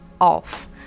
off